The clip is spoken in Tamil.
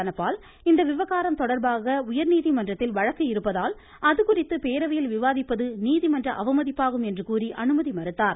தனபால் இந்த விவகாரம் தொடர்பாக உயா்நீதிமன்றத்தில் வழக்கிருப்பதால் அதுகுறித்து பேரவையில் விவாதிப்பது நீதிமன்ற அவமதிப்பாகும் என்று கூறி அனுமதி மறுத்தார்